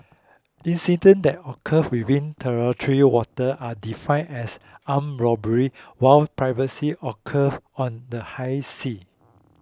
incidents that occur within territorial water are define as armed robbery while piracy occur on the high sea